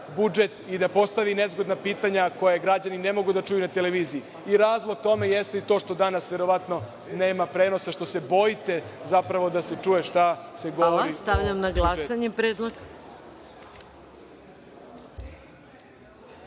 budžet i da postavi nezgodna pitanja koja građani ne mogu da čuju na televiziji. Razlog tome jeste to što danas, verovatno nema prenosa, što se bojite, zapravo, da se čuje šta se govori. **Maja Gojković**